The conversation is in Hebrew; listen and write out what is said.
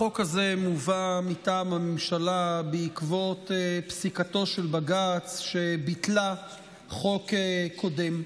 החוק הזה מובא מטעם הממשלה בעקבות פסיקתו של בג"ץ שביטלה חוק קודם.